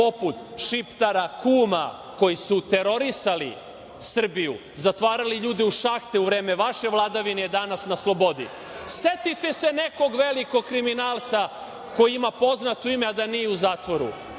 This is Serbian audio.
poput Šiptara, Kuma, koji su terorisali Srbiju, zatvarali ljude u šahte za vreme vaše vladavine, je na slobodi?21/1 DJ/LjL 13.30 - 13.40Setite se nekog velikog kriminalca koji ima poznato ime a da nije u zatvoru.